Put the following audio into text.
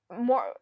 more